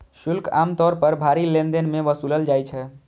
शुल्क आम तौर पर भारी लेनदेन मे वसूलल जाइ छै